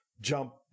jump